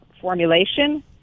formulation